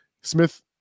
Smith